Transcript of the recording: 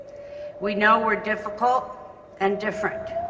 we know we're difficult and different.